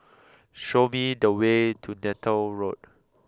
show me the way to Neythal Road